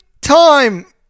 time